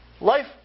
life